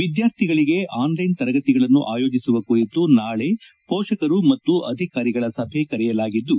ವಿದ್ಯಾರ್ಥಿಗಳಿಗೆ ಆನ್ಲೈನ್ ತರಗತಿಗಳನ್ನು ಆಯೋಜಿಸುವ ಕುರಿತು ನಾಳೆ ಪೋಷಕರು ಮತ್ತು ಅಧಿಕಾರಿಗಳ ಸಭೆ ಕರೆಯಲಾಗಿದ್ದು